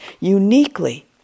uniquely